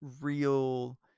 real